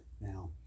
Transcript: Now